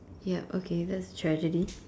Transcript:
yup okay that's tragedy